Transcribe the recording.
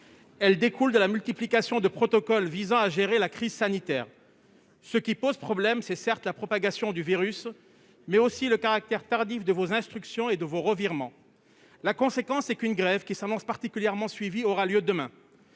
qui découle de la multiplication de protocoles visant à gérer la crise sanitaire. Ce qui pose problème, c'est certes la propagation du virus mais aussi le caractère tardif de vos instructions et de vos revirements. La conséquence en est qu'une grève, qui s'annonce particulièrement suivie, aura lieu demain.